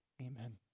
Amen